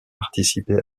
participer